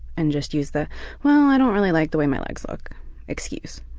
and just used the well, i don't really like the way my legs look' excuse.